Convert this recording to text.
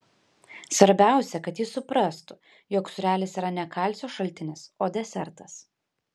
svarbiausia kad jis suprastų jog sūrelis yra ne kalcio šaltinis o desertas